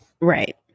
Right